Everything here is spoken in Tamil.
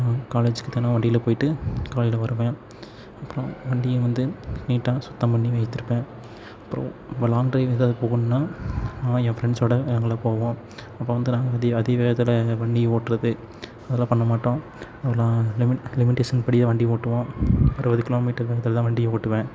நான் காலேஜுக்கு தினோம் வண்டியில் போயிட்டு காலையில் வருவேன் அப்பறம் வண்டியை வந்து நீட்டாக சுத்தம் பண்ணி வைத்திருப்பேன் அப்பறம் லாங்க் ட்ரைவ் ஏதாவது போகணுன்னால் நான் என் ஃப்ரெண்ட்ஸோடு எல்லாம் போவோம் அப்புறம் வந்து நான் அதி அதி வேகத்தில் இந்த வண்டி ஓட்டுறது அதெல்லாம் பண்ண மாட்டோம் அதெல்லாம் லிமிட் லிமிட்டேஷன் படி தான் வண்டி ஓட்டுவோம் அறுபது கிலோமீட்டர் வேகத்தில் தான் வண்டியை ஓட்டுவேன்